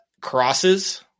crosses